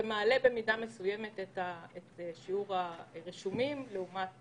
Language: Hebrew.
זה מעלה במידה מסוימת את שיעור הרישומים לעומת